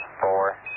four